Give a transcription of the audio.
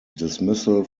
dismissal